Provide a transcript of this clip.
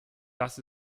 das